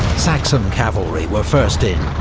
saxon cavalry were first in,